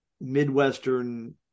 Midwestern